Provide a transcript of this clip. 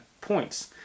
points